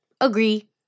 agree